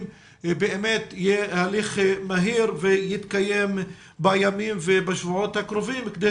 אכן יהיה הליך מהיר ויתקיים בימים ובשבועות הקרובים כדי